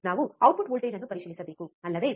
ನಾವು output voltage ಅನ್ನು ಪರಿಶೀಲಿಸಬೇಕು ಅಲ್ಲವೇ